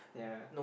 yeah